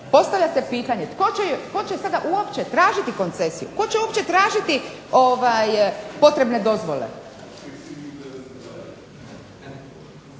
Postavlja se pitanje tko će sada uopće tražiti koncesiju, tko će uopće tražiti potrebne dozvole.